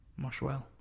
Moshwell